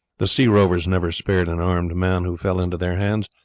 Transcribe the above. the sea rovers never spared an armed man who fell into their hands,